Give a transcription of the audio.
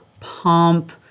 pump